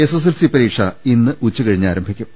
S S L C പരീക്ഷ ഇന്ന് ഉച്ചകഴിഞ്ഞ് ആരംഭിക്കും